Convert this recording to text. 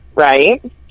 Right